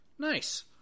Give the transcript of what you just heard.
Nice